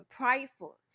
prideful